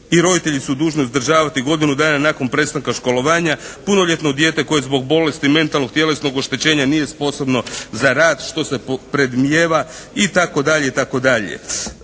i roditelji su dužni uzdržavati godinu dana nakon prestanka školovanja. Punoljetno dijete koje zbog bolesti, mentalnog, tjelesnog oštećenja nije sposobno za rad što se predmnijeva itd.,